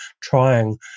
trying